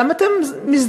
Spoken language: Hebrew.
למה אתם מזדעקים?